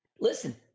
Listen